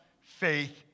faith